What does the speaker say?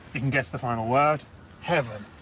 you can guess the final word heaven.